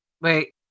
Wait